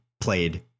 played